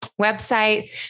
website